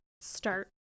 start